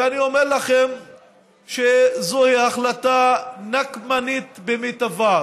ואני אומר לכם שזוהי החלטה נקמנית במיטבה.